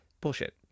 Bullshit